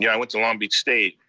yeah went to long beach state,